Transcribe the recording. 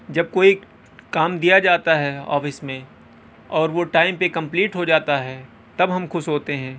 جب کوئی کام دیا جاتا ہے آفس میں اور وہ ٹائم پہ کمپلیٹ ہو جاتا ہے تب ہم خوش ہوتے ہیں